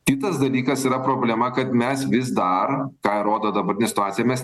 kitas dalykas yra problema kad mes vis dar ką rodo dabartinė situacija mes